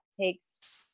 takes